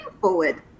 forward